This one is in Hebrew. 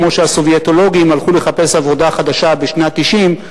כמו שהסובייטולוגים הלכו לחפש עבודה חדשה בשנת 1990,